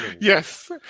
Yes